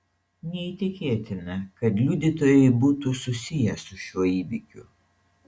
neįtikėtina kad liudytojai būtų susiję su šiuo įvykiu